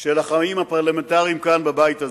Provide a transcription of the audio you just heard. של החיים הפרלמנטריים כאן בבית הזה.